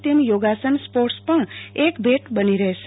તેમ યોગાસન સ્પોટસ પણ એક ભેટ બની રહેશે